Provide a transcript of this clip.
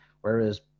whereas